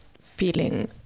feeling